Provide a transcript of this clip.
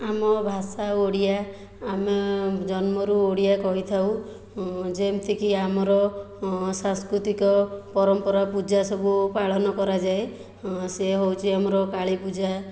ଆମ ଭାଷା ଓଡ଼ିଆ ଆମେ ଜନ୍ମରୁ ଓଡ଼ିଆ କହିଥାଉ ଯେମିତିକି ଆମର ସାଂସ୍କୃତିକ ପରମ୍ପରା ପୂଜା ସବୁ ପାଳନ କରାଯାଏ ସିଏ ହେଉଛି ଆମର କାଳୀପୂଜା